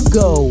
go